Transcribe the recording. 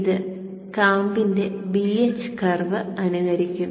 ഇത് കാമ്പിന്റെ BH curve അനുകരിക്കും